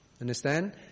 Understand